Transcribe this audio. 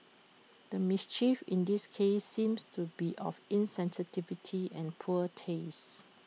the mischief in this case seems to be of insensitivity and poor taste